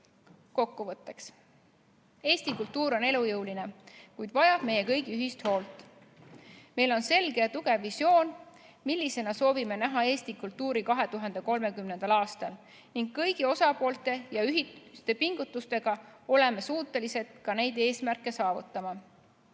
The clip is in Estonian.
Kokkuvõtteks. Eesti kultuur on elujõuline, kuid vajab meie kõigi ühist hoolt. Meil on selge ja tugev visioon, millisena soovime näha Eesti kultuuri 2030. aastal, ning kõigi osapoolte ühiste pingutustega oleme suutelised neid eesmärke ka saavutama.